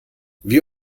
wir